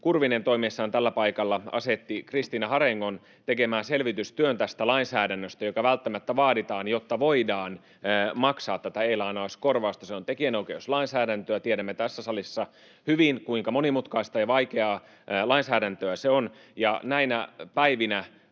Kurvinen toimiessaan tällä paikalla asetti Kristiina Harengon tekemään selvitystyön lainsäädännöstä, joka välttämättä vaaditaan, jotta voidaan maksaa e-lainauskorvausta. Se on tekijänoikeuslainsäädäntöä. Tiedämme tässä salissa hyvin, kuinka monimutkaista ja vaikeaa lainsäädäntöä se on. Näinä päivinä